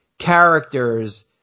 characters